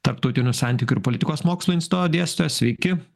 tarptautinių santykių ir politikos mokslų instituto dėstytojas sveiki